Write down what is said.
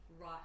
right